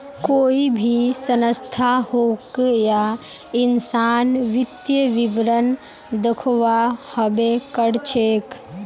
कोई भी संस्था होक या इंसान वित्तीय विवरण दखव्वा हबे कर छेक